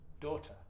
daughter